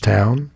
Town